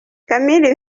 camille